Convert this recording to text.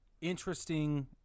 interesting